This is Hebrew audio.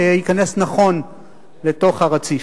שייכנס נכון לתוך הרציף.